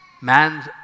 Man's